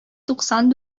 туксан